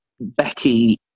Becky